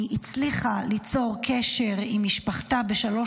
היא הצליחה ליצור קשר עם משפחתה בשלוש